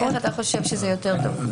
מה אתה חושב שיהיה יותר טוב?